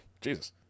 Jesus